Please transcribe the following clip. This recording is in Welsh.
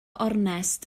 ornest